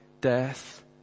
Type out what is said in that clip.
death